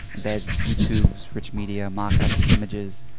embed you tubes, rich media, mockups, images,